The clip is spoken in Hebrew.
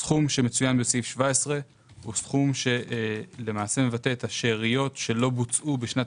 הסכום שמצוין בסעיף 17 מבטא את השאריות שלא בוצעו בשנת